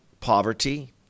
poverty